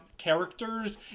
characters